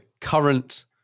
current